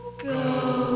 Go